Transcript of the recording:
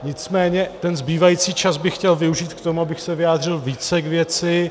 Nicméně ten zbývající čas bych chtěl využít k tomu, abych se vyjádřil více k věci.